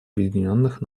объединенных